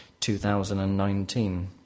2019